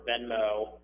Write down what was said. Venmo